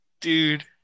dude